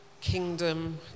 kingdom